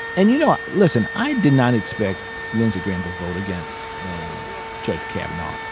and you know, listen. i did not expect lindsey graham to vote against judge kavanaugh.